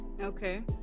okay